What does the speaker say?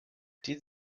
did